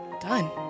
done